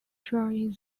during